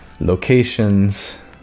locations